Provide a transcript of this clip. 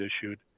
issued